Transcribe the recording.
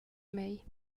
mei